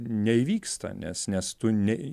neįvyksta nes nes tu ne